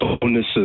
bonuses